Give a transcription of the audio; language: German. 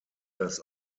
das